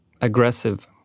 aggressive